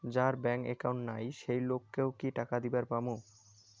যার bank account নাই সেই লোক কে ও কি টাকা দিবার পামু?